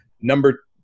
number